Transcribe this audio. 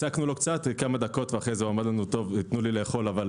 הצקנו לו קצת ואמר לנו: תנו לי לאכול אבל